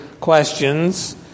questions